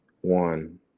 one